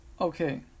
Okay